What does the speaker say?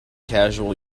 casual